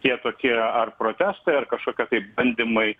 tie tokie ar protestai ar kažkokie tai bandymai